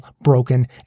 broken